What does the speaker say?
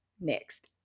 Next